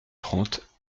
trente